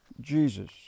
Jesus